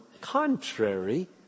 contrary